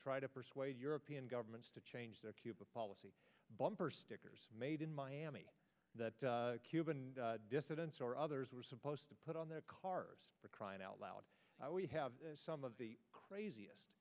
try to persuade european governments to change their cuba policy bumper stickers made in miami that cuban dissidents or others were supposed to put on their cars for crying out loud we have some of the craziest